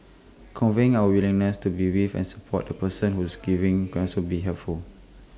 conveying our willingness to be with and support the person who is grieving can also be helpful